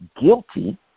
guilty